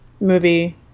movie